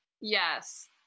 yes